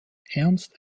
ernst